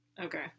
Okay